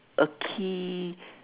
a key